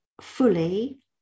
fully